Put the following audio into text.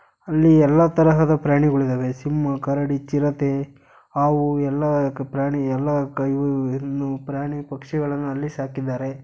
ಅಲ್ಲಿ ಎಲ್ಲ ತರಹದ ಪ್ರಾಣಿಗಳು ಇದ್ದಾವೆ ಸಿಂಹ ಕರಡಿ ಚಿರತೆ ಹಾವು ಎಲ್ಲ ಕ್ ಪ್ರಾಣಿ ಎಲ್ಲ ಕ್ ಇವು ಇನ್ನೂ ಪ್ರಾಣಿ ಪಕ್ಷಿಗಳನ್ನು ಅಲ್ಲೇ ಸಾಕಿದ್ದಾರೆ